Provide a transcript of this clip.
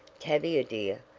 tavia, dear,